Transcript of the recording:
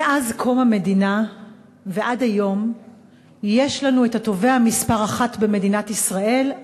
מאז קום המדינה ועד היום יש לנו התובע מספר אחת במדינת ישראל,